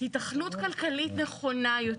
היתכנות כלכלית נכונה יותר.